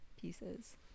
pieces